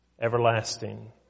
everlasting